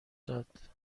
داد